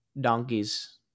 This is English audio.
donkeys